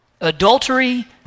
Adultery